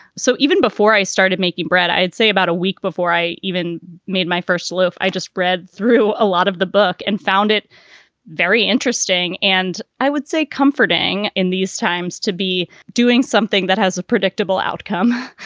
so even before i started making bread, i'd say about a week before i even made my first loaf, i just read through a lot of the book and found it very interesting and i would say comforting in these times to be doing something that has a predictable outcome.